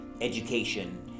education